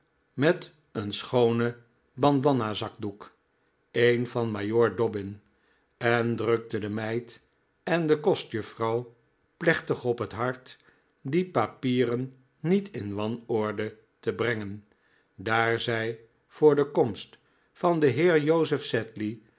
met een schoonen bandanna zakdoek een van majoor dobbin en drukte de nieid en de kostjuffrouw plechtig op het hart die papieren niet in wanorde te brengen daar zij voor de komst van den heer joseph sedley